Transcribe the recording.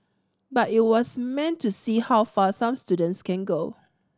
but it was meant to see how far some students can go